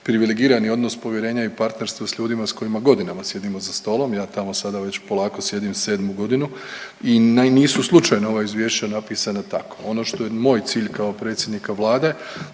privilegirani odnos povjerenja i partnerstva s ljudima s kojima godinama sjedimo za stolom, ja tamo sada već polako sjedim 7. godinu i naj, nisu slučajno ova izvješća napisana tako. Ono što je moj cilj kao predsjednika Vlade,